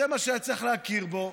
זה מה שהיה צריך להכיר בו.